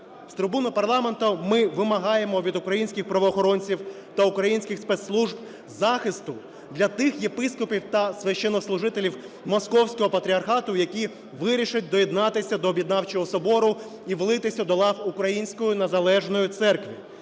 З трибуни парламенту ми вимагаємо від українських правоохоронців та українських спецслужб захисту для тих єпископів та священнослужителів Московського патріархату, які вирішать доєднатися до об'єднавчого собору і влитися до лав української незалежної церкви.